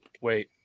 wait